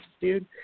dude